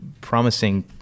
promising